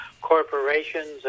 Corporations